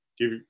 give